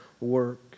work